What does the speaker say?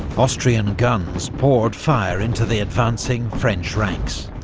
austrian guns poured fire into the advancing french ranks.